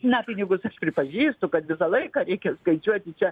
na pnigus aš pripažįstu kad visą laiką reikia skaičiuoti čia